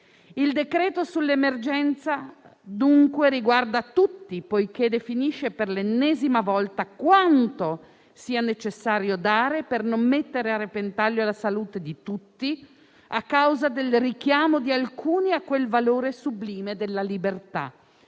Il decreto sull'emergenza, dunque, riguarda tutti poiché definisce per l'ennesima volta quanto sia necessario dare per non mettere a repentaglio la salute di tutti a causa del richiamo di alcuni a quel valore sublime della libertà.